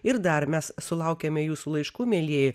ir dar mes sulaukiame jūsų laiškų mielieji